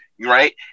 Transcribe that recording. right